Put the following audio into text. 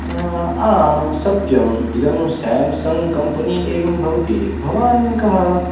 आम् सत्यम् इदं स्याम्संग् कम्पेनि एवं भवति भवान् कः